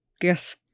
guess